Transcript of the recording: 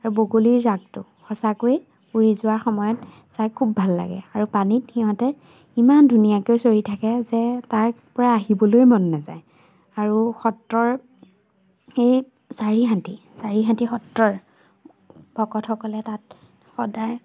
আৰু বগলীৰ জাকটো সঁচাকৈয়ে উৰি যোৱাৰ সময়ত চাই খুব ভাল লাগে আৰু পানীত সিহঁতে ইমান ধুনীয়াকৈ চৰি থাকে যে তাৰপৰা আহিবলৈ মন নাযায় আৰু সত্ৰৰ এই চাৰিহাতী চাৰিহাতী সত্ৰৰ ভকতসকলে তাত সদায়